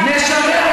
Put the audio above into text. להרגיש,